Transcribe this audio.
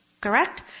Correct